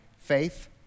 Faith